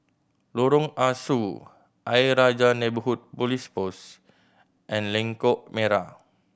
Lorong Ah Soo Ayer Rajah Neighbourhood Police Post and Lengkok Merak